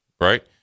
right